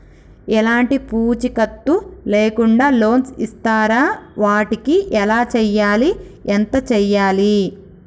ఎలాంటి పూచీకత్తు లేకుండా లోన్స్ ఇస్తారా వాటికి ఎలా చేయాలి ఎంత చేయాలి?